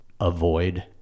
avoid